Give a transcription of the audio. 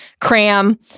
Cram